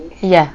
ya